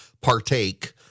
partake